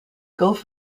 gulf